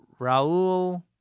Raul